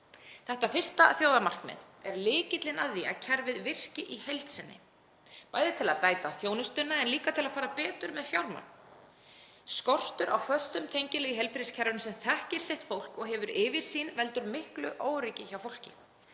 Þetta fyrsta þjóðarmarkmið er lykillinn að því að kerfið virki í heild sinni, bæði til að bæta þjónustuna, en líka til að fara betur með fjármagn. Skortur á föstum tengilið í heilbrigðiskerfinu sem þekkir sitt fólk og hefur yfirsýn veldur miklu óöryggi hjá fólki.